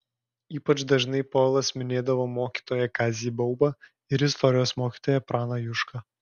ypač dažnai povilas minėdavo mokytoją kazį baubą ir istorijos mokytoją praną jušką